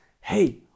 hey